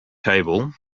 table